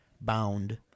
Bound